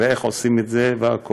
איך עושים את זה והכול.